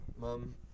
Mom